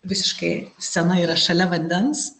visiškai scena yra šalia vandens